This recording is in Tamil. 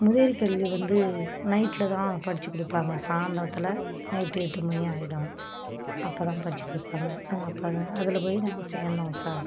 முதியோர் கல்வி வந்து நைட்டில் தான் படித்துக் கொடுப்பாங்க சாய்ந்தரத்துல நைட்டு எட்டு மணி ஆயிடும் அப்போ தான் படித்துக் கொடுப்பாங்க நாங்கள் அப்போ தான் அதில் போய் நாங்கள் சேர்ந்தோம் சார்